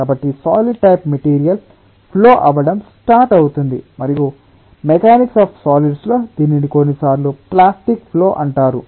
కాబట్టి solid type material flow అవ్వడం start అవువుతుంది మరియు మెకానిక్స్ అఫ్ సాలిడ్స్ లో దీనిని కొన్నిసార్లు ప్లాస్టిక్ ఫ్లో అంటారు